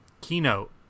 Keynote